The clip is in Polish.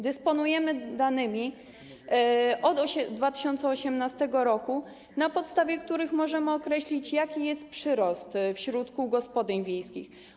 Dysponujemy danymi od 2018 r., na podstawie których możemy określić, jaki jest przyrost wśród kół gospodyń wiejskich.